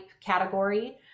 category